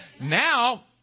Now